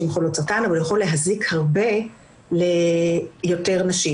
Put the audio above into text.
חולות סרטן אבל הוא יכול להזיק הרבה ליותר נשים.